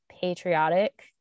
patriotic